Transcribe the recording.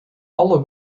alle